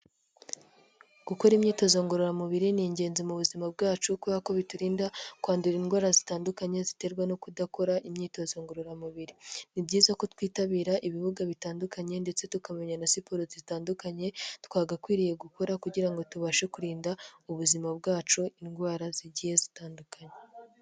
Gukora imyitozo ngororamubiri ni ingenzi mu buzima bwacu kuberako biturinda kwandura indwara zitandukanye ziterwa no kudakora imyitozo ngororamubiri ni byiza ko twitabira ibibuga bitandukanye ndetse tukamenya na siporo zitandukanye twagakwiriye gukora kugira ngo tubashe kurinda ubuzima bwacu indwara zigiye zitandukanye.